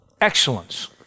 excellence